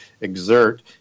exert